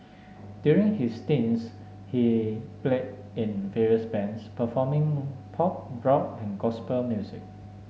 during his teens he played in various bands performing pop rock and gospel music